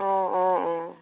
অঁ অঁ অঁ